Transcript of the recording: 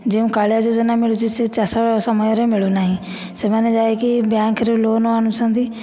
ଯେଉଁ କାଳିଆ ଯୋଜନା ମିଳୁଛି ସେ ଚାଷ ସମୟରେ ମିଳୁନାହିଁ ସେମାନେ ଯାଇକି ବ୍ୟାଙ୍କରୁ ଲୋନ୍ ଆଣୁଛନ୍ତି